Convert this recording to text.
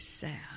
sad